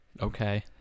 Okay